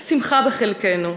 שמחה בחלקנו,